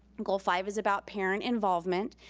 goal five is about parent involvement.